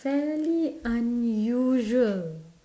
fairly unusual